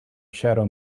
shadow